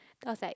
then I was like